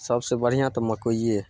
सबसँ बढ़िआँ तऽ मकोइए हइ